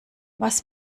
was